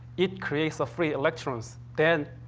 it creates free electrons. then,